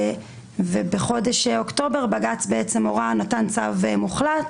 בחודש אוקטובר בג"ץ נתן צו מוחלט